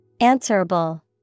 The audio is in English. Answerable